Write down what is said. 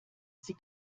sie